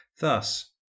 Thus